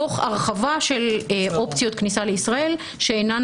תוך הרחבה של אופציות הכניסה לישראל שאינן